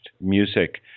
music